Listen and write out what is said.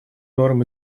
норм